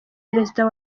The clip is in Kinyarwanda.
perezida